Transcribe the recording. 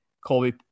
colby